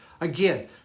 Again